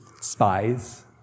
spies